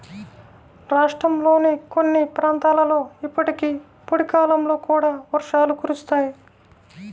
రాష్ట్రంలోని కొన్ని ప్రాంతాలలో ఇప్పటికీ పొడి కాలంలో కూడా వర్షాలు కురుస్తాయి